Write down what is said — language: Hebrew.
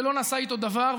ולא נעשה איתו דבר,